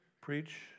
preach